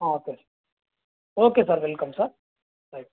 okay sir welcome sir right